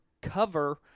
cover